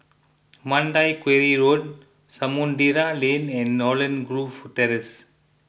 Mandai Quarry Road Samudera Lane and Holland Grove Terrace